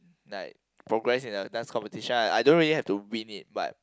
like progress in a dance competition I I don't really have to win it but